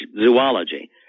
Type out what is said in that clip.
zoology